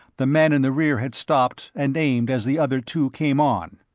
the man in the rear had stopped and aimed as the other two came on.